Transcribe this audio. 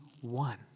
one